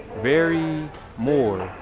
very more.